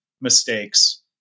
mistakes